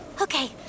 Okay